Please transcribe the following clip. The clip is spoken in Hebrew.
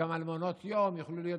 אלה, גם על מעונות יום יוכלו להיות,